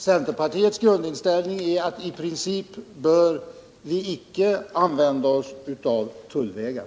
Herr talman! Det har jag ingenting emot. Centerpartiets grundinställning är: I princip bör vi icke ha tullvägar.